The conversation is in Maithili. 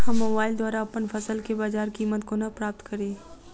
हम मोबाइल द्वारा अप्पन फसल केँ बजार कीमत कोना प्राप्त कड़ी?